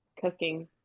Cooking